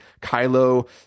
Kylo